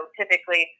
typically